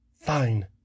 Fine